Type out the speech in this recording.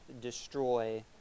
destroy